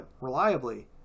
reliably